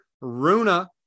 Runa